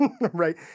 Right